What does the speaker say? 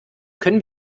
können